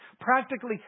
Practically